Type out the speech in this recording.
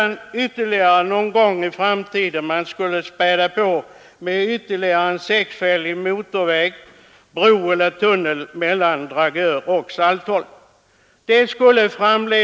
Någon gång i framtiden skall man späda på med en sexfilig motorväg, bro eller tunnel, mellan Dragör och Saltholm.